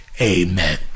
amen